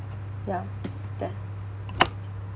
ya that